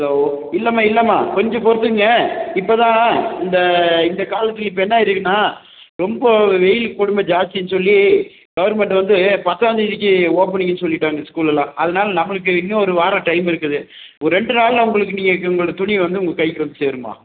hello இல்லைம்மா இல்லைம்மா கொஞ்சம் பொறுத்துக்குங்க இப்போ தான் இந்த இந்த காலத்துக்கு இப்போ என்ன ஆகியிருக்குன்னா ரொம்ப வெயில் கொடுமை ஜாஸ்தின்னு சொல்லி கவுர்மெண்ட் வந்து பத்தாம் தேதிக்கு ஓப்பனிங்கினு சொல்லிவிட்டாங்க ஸ்கூலெல்லாம் அதனால் நம்மளுக்கு இன்னொரு வாரம் டைமிருக்குது ஒரு ரெண்டு நாளில் உங்களுக்கு நீங்கள் கேக் உங்களோடய துணி வந்து உங்கள் கைக்கு வந்து சேரும்மா